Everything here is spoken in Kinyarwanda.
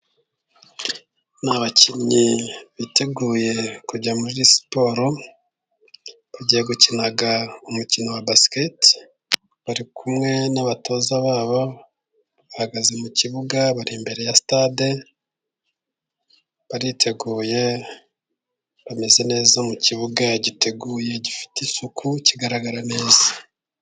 Ni abakinnyi biteguye kujya muri siporo bagiye gukina umukino wa Basketball, bari kumwe n'abatoza babo bahagaze mu kibuga bari imbere ya stade, bariteguye bameze neza mu kibuga giteguye gifite isuku kigaragara neza.